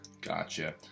gotcha